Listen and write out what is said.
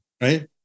Right